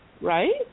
right